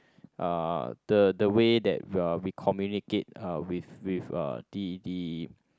uh the the way that uh we communicate uh with with uh the the